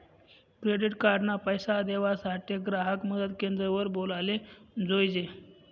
credit card ना पैसा देवासाठे ग्राहक मदत क्रेंद्र वर बोलाले जोयजे